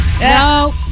No